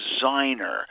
designer